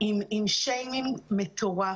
עם שטיימינג מטורף,